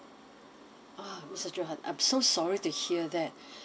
ah mister johan I'm so sorry to hear that